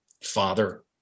father